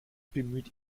bemüht